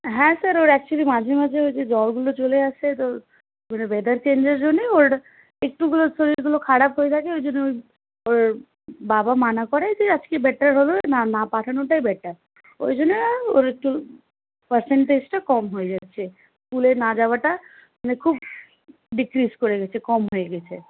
হ্যাঁ স্যার ওর একচুয়ালি মাঝে মাঝে ওই যে জ্বরগুলো চলে আসছে তো ওয়েদার চেঞ্জের জন্যই ওর একটুগুলো শরীরগুলো খারাপ হয়ে থাকে ওই জন্য ওর বাবা মানা করে যে আজকে বেটার হল না না পাঠানোটাই বেটার তো ওই জন্য ওর একটু পার্সেন্টেজটা কম হয়ে যাচ্ছে স্কুলে না যাওয়াটা মানে খুব ডিক্রিজ করে গিয়েছে কম হয়ে গিয়েছে